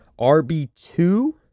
RB2